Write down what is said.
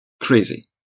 Crazy